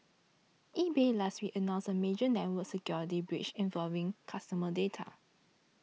eBay last week announced a major network security breach involving customer data